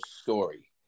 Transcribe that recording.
story